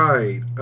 Right